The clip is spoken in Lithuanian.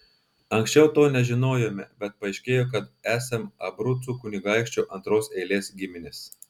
anksčiau to nežinojome bet paaiškėjo kad esam abrucų kunigaikščio antros eilės giminės